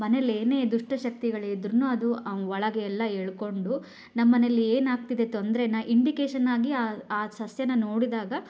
ಮನೆಲಿ ಏನೇ ದುಷ್ಟಶಕ್ತಿಗಳಿದ್ದರೂ ಅದು ಒಳಗೆ ಎಲ್ಲ ಎಳ್ಕೊಂಡು ನಮ್ಮನೇಲಿ ಏನಾಗ್ತಿದೆ ತೊಂದ್ರೆನ ಇಂಡಿಕೇಷನ್ ಆಗಿ ಆ ಆ ಸಸ್ಯನ ನೋಡಿದಾಗ